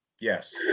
Yes